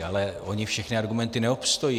Ale ony všechny argumenty neobstojí.